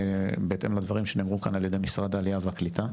בהתאם לדברים שנאמרו כאן על ידי משרד העלייה והקליטה,